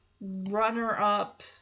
Runner-up